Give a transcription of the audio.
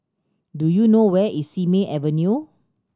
do you know where is Simei Avenue